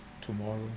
tomorrow